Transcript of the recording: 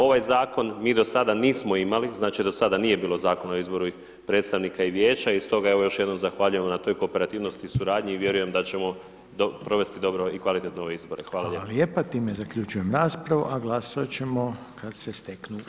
Ovaj zakon mi do sada nismo imali, znači, do sada nije bilo Zakona o izboru predstavnika i vijeća i stoga evo još jednom zahvaljujemo na toj kooperativnosti i suradnji i vjerujem da ćemo provesti dobro i kvalitetno ove izbore.